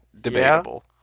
Debatable